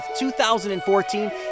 2014